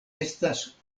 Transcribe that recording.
estas